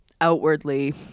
outwardly